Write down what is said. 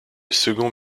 second